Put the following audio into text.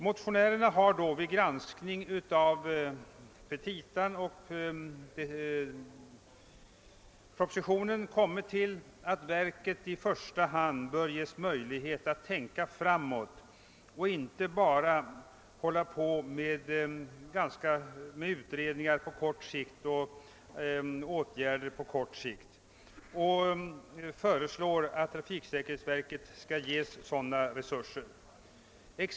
Motionärerna har vid granskning av verkets petita och propositionen kommit fram till att verket i första hand bör ges möjlighet att tänka framåt och inte bara hålla på med utredningar och åtgärder på kort sikt och vi föreslår därför att trafiksäkerhetsverket skall ges resurser som möjliggör detta.